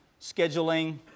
scheduling